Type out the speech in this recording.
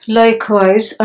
likewise